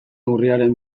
urriaren